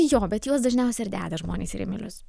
jo bet juos dažniausiai ir deda žmonės į rėmelius